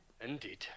indeed